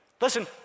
Listen